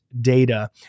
data